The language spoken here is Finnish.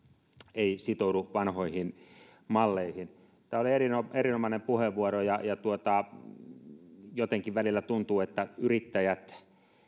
ei sitoudu vanhoihin malleihin tämä oli erinomainen erinomainen puheenvuoro jotenkin välillä tuntuu että yrittäjät